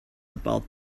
about